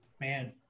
man